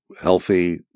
healthy